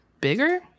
bigger